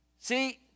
See